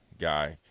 guy